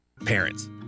Parents